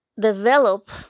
develop